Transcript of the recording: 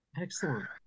Excellent